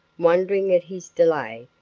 wondering at his delay,